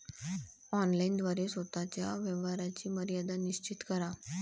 online द्वारे स्वतः च्या व्यवहाराची मर्यादा निश्चित करा